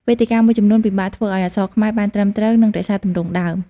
វេទិកាមួយចំនួនពិបាកធ្វើឱ្យអក្សរខ្មែរបានត្រឹមត្រូវ និងរក្សាទម្រង់ដើម។